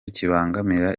kibangamira